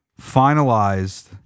finalized